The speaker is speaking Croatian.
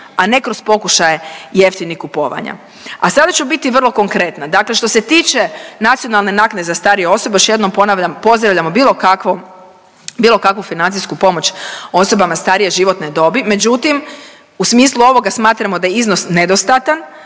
a ne kroz pokušaje jeftinih kupovanja. A sada ću biti vrlo konkretna. Dakle, što se tiče nacionalne naknade za starije osobe još jednom ponavljam pozdravljamo bilo kakvu financijsku pomoć osobama starije životne dobri. Međutim, u smislu ovoga smatramo da je iznos nedostatan.